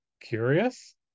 Curious